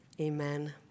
Amen